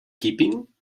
keeping